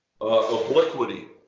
Obliquity